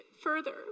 further